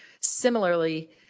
similarly